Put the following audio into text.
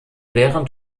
während